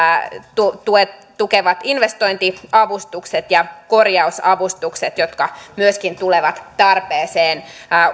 tukevat investointiavustukset ja korjausavustukset jotka myöskin tulevat tarpeeseen